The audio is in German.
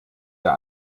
der